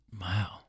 Wow